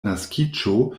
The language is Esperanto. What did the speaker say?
naskiĝo